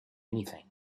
anything